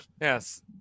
Yes